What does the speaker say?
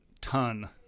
ton